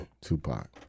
Tupac